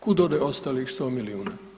Kud ode ostalih 100 milijuna?